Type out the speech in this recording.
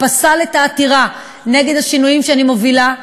פסל את העתירה נגד השינויים שאני מובילה,